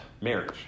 marriage